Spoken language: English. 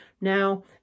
Now